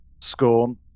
scorn